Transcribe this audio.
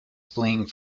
fleeing